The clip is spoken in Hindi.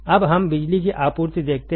अब हम बिजली की आपूर्ति देखते हैं